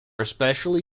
especially